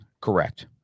Correct